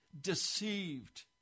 deceived